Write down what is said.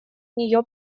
нее